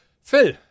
Phil